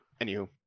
anywho